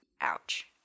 ouch